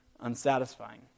unsatisfying